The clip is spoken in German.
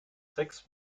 sechs